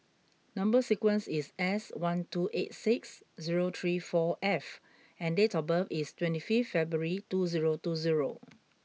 number sequence is S one two eight six zero three four F and date of birth is twenty fifth February two zero two zero